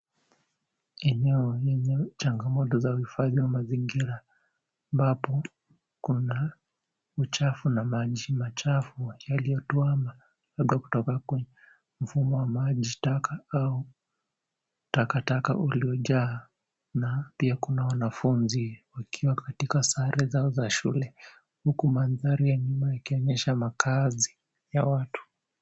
Eneo lenye changamoto za uhifadhi wa mazingira, ambapo kuna uchafu na maji machafu yaliyotuama labda kutoka kwenye mfumo wa maji taka, au takataka uliojaa na pia kuna wanafunzi wakiwa katika sare zao za shule, huku mandhari ya nyuma yakionyesha makazi ya watu.